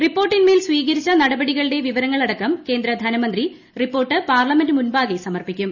റിപ്പോർട്ടിൻമേൽ സ്വീകരിച്ച നടപടികളുടെ വിവ്രങ്ങള്ടക്കം കേന്ദ്ര ധനമന്ത്രി റിപ്പോർട്ട് പാർലമെന്റ് മുൻപാകെ ക്സ്മർപ്പിക്കും